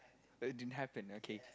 it didn't happen okay